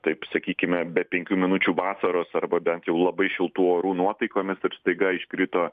taip sakykime be penkių minučių vasaros arba bent jau labai šiltų orų nuotaikomis ir staiga iškrito